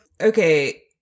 okay